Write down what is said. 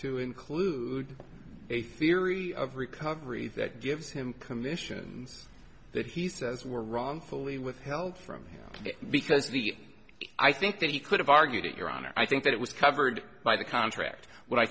to include a theory of recovery that gives him commissions that he says were wrongfully withheld from because the i think that he could have argued it your honor i think that it was covered by the contract what i